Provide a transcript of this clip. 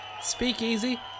Speakeasy